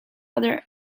other